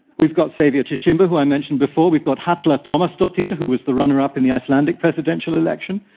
we've got saviour chishimba, who i mentioned before. we've got halla tomasdottir, who was the runner up in the icelandic presidential election.